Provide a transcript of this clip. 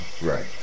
Right